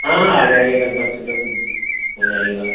ہاں آ جائیے کل پرسوں تک ہو جائے گی بات